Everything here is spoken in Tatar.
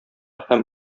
һәм